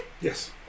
Yes